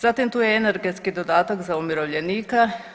Zatim tu je i energetski dodatak za umirovljenike.